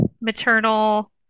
maternal